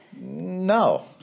No